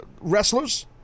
wrestlers